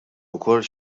wkoll